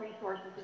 resources